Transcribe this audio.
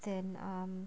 then um